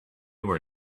were